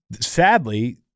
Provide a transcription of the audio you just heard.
sadly –